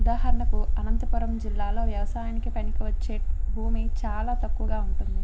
ఉదాహరణకు అనంతపురం జిల్లాలో వ్యవసాయానికి పనికి వచ్చే భూమి చాలా తక్కువగా ఉంటుంది